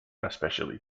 especially